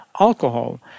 alcohol